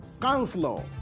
Counselor